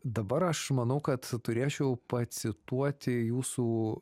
dabar aš manau kad turėčiau pacituoti jūsų